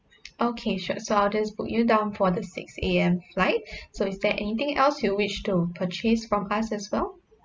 okay sure so I'll just book you down for the six A_M flight so is there anything else you wish to purchase from us as well